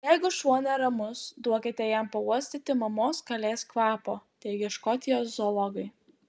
jeigu šuo neramus duokite jam pauostyti mamos kalės kvapo teigia škotijos zoologai